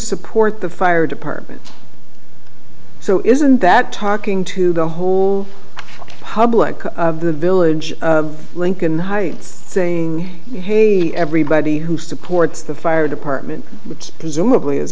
support the fire department so isn't that talking to the whole public of the village lincoln heights saying hey everybody who supports the fire department which presumably